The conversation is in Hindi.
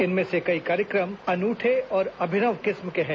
इनमें से कई कार्यक्रम अन्ठे और अभिनव किस्म के हैं